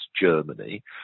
Germany